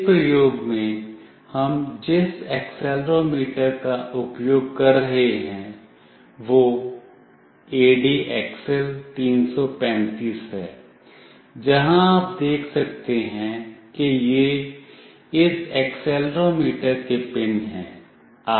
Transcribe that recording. इस प्रयोग में हम जिस एक्सेलेरोमीटर का उपयोग कर रहे हैं वह ADXL 335 है जहां आप देख सकते हैं कि ये इस एक्सेलेरोमीटर के पिन हैं